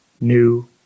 new